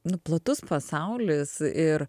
nu platus pasaulis ir